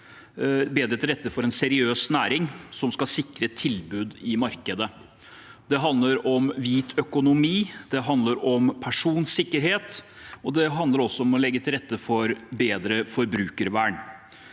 bedre til rette for en seriøs næring som skal sikre tilbudet i markedet. Det handler om hvit økonomi, det handler om personsikkerhet, og det handler om å legge til rette for bedre forbrukervern.